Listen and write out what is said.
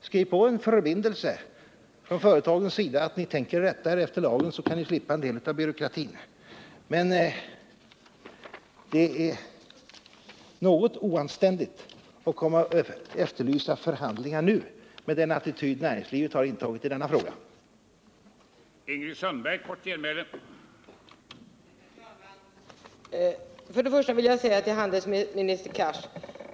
Skriv på en förbindelse från företagens sida att ni tänker rätta er efter lagen, så kan ni slippa en del av byråkratin! Det är beskedet till företagen. Med tanke på den attityd som näringslivet intagit i denna fråga är det något oanständigt att nu komma och efterlysa förhandlingar.